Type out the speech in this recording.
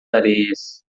areias